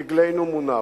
דגלנו מונף.